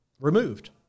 Removed